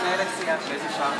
איזו הפתעה.